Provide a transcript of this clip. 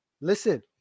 listen